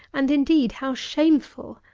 and, indeed, how shameful,